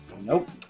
nope